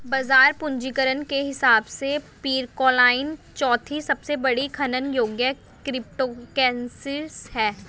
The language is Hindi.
बाजार पूंजीकरण के हिसाब से पीरकॉइन चौथी सबसे बड़ी खनन योग्य क्रिप्टोकरेंसी है